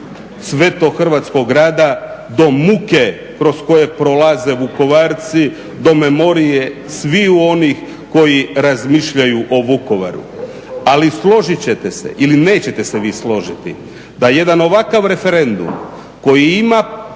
svetog hrvatskog grada, do muke kroz koje prolaze Vukovarci, do memorije sviju onih koji razmišljaju o Vukovaru. Ali složit ćete se ili nećete se vi složiti da jedan ovakav referendum koji ima